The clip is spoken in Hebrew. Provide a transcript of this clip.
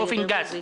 באופן גס,